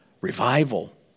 revival